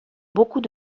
beaucoup